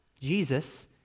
Jesus